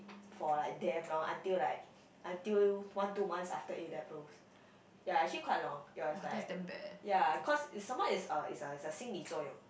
for like damn long until like until one two months after A-levels ya actually quite long it was like ya cause is some more it's a it's a it's a 心理作用